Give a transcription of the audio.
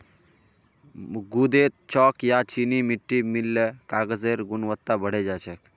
गूदेत चॉक या चीनी मिट्टी मिल ल कागजेर गुणवत्ता बढ़े जा छेक